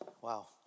Wow